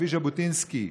בכביש ז'בוטינסקי,